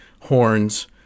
horns